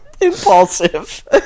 Impulsive